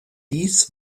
dies